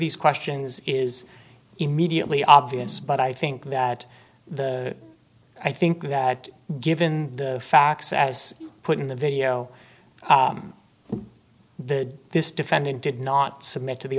these questions is immediately obvious but i think that the i think that given the facts as you put in the video the this defendant did not submit to the